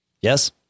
Yes